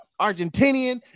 Argentinian